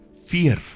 fear